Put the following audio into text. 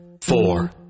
four